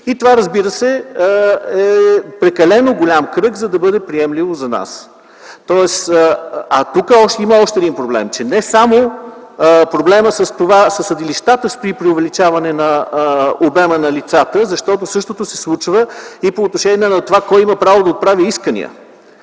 Това, разбира се, е прекалено голям кръг, за да бъде приемливо за нас. Тук има още един проблем. Не само проблемът със съдилищата стои при увеличаване обема на лицата, защото същото се случва и по отношение на това кой има право да отправя искания.